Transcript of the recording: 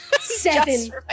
Seven